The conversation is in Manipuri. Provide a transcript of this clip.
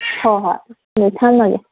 ꯍꯣꯏ ꯍꯣꯏ ꯐꯔꯦ ꯊꯝꯃꯒꯦ